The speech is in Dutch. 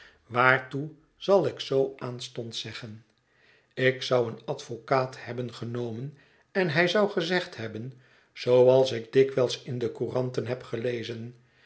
waartoe zal ik zoo aanstonds zeggen ik zou een advocaat hebben genomen en hij zou gezegd hebben zooals ik dikwijls in de couranten heb gelezen